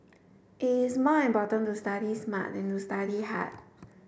it is more important to study smart than to study hard